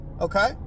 Okay